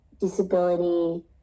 disability